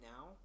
now